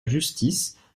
justice